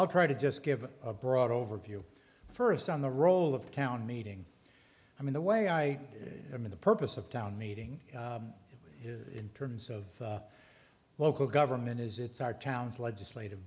i'll try to just give a broad overview first on the role of town meeting i mean the way i am in the purpose of town meeting it is in terms of local government is it's our towns legislative